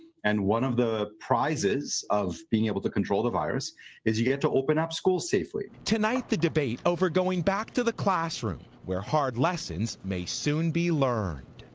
and one of the prizes of being able to control the virus is you get to open up schools safely. reporter tonight the debate over going back to the classroom where hard lessons may soon be learned.